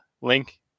Link